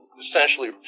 essentially